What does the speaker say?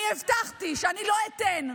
אני הבטחתי שאני לא אתן,